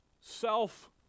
self